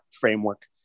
framework